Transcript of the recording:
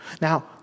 Now